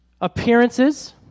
Appearances